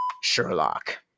Sherlock